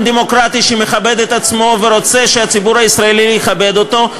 דמוקרטי שמכבד את עצמו ורוצה שהציבור הישראלי יכבד אותו.